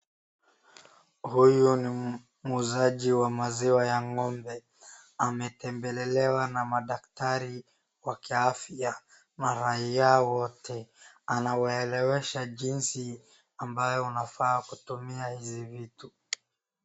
Huyu ni muuzaji wa maziwa ya ng'ombe. Ametembelelewa na madaktari wakiafya mara yao wote. Anawaelesha jinsi unafaa kutumia hizi vitu.